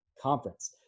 conference